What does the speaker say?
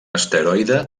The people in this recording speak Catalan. asteroide